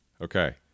Okay